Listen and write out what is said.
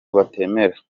batemera